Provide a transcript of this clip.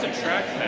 tracked